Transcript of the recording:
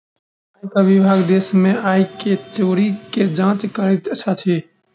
आयकर विभाग देश में आय के चोरी के जांच करैत अछि